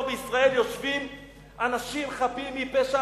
בישראל יושבים אנשים חפים מפשע,